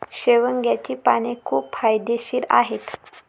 शेवग्याची पाने खूप फायदेशीर आहेत